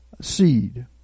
seed